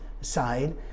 side